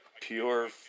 Pure